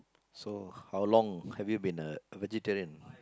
so how long have you been a vegetarian